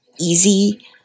easy